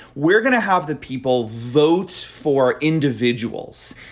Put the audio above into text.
we're gonna have the people vote for individuals.